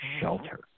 shelter